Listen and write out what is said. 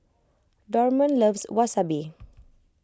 Dorman loves Wasabi